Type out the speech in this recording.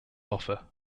offer